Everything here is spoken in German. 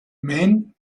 main